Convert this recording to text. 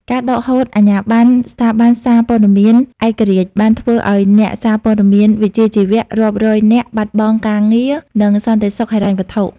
ការដកហូតអាជ្ញាប័ណ្ណស្ថាប័នសារព័ត៌មានឯករាជ្យ បានធ្វើឱ្យអ្នកសារព័ត៌មានវិជ្ជាជីវៈរាប់រយនាក់បាត់បង់ការងារ និងសន្តិសុខហិរញ្ញវត្ថុ។